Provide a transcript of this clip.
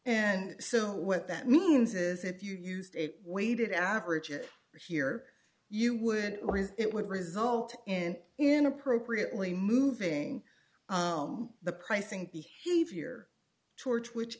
and so what that means is if you used a weighted average or here you would it would result in in appropriately moving the pricing behavior towards which